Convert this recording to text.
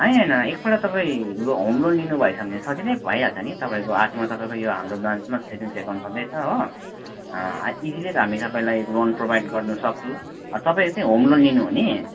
हैन हैन एकपल्ट तपाईँ होम लोन लिनुभएछ भने सजिलै भइहाल्छ नि तपाईँको आठमा तपाईँको यो हाम्रो ब्रान्चमा सेभिङ्स एकाउन्ट छँदैछ हो इजिलि हामी तपाईँलाई लोन प्रोभाइड गर्नु सक्छु तपाईँ यस्तै होम लोन लिनुहुने